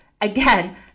Again